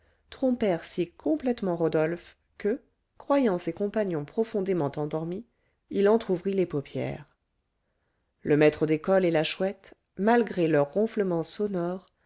trompèrent si complètement rodolphe que croyant ses compagnons profondément endormis il entr'ouvrit les paupières le maître d'école et la chouette malgré leurs ronflements sonores